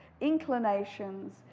inclinations